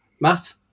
Matt